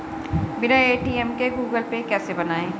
बिना ए.टी.एम के Google Pay कैसे बनायें?